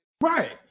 Right